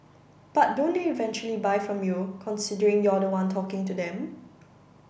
but don't they eventually buy from you considering you're the one talking to them